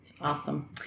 Awesome